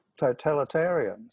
Totalitarians